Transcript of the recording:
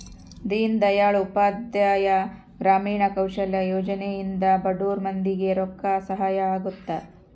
ದೀನ್ ದಯಾಳ್ ಉಪಾಧ್ಯಾಯ ಗ್ರಾಮೀಣ ಕೌಶಲ್ಯ ಯೋಜನೆ ಇಂದ ಬಡುರ್ ಮಂದಿ ಗೆ ರೊಕ್ಕ ಸಹಾಯ ಅಗುತ್ತ